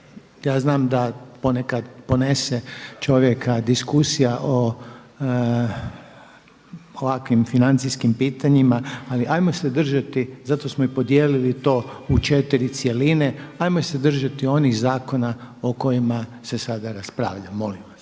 ja znam da ponekad ponese čovjeka diskusija o ovakvim financijskim pitanjima, ali hajmo se držati. Zato smo i podijelili to u 4 cjeline. Hajmo se držati onih zakona o kojima se sada raspravlja, molim vas.